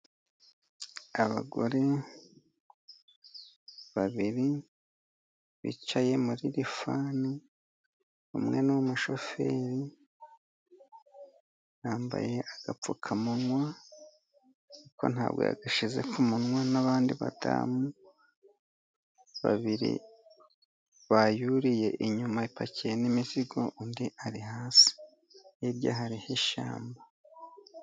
Abagore babiri bicaye muri rifani, umwe n'umushoferi yambaye agapfukamunwa, ariko ntabwo yagashize ku munwa, n'abandi badamu babiri ba yuriye, inyuma ipakiye n'imizigo, undi ari hasi, hirya hariho n'ishyamba.